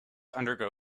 undergo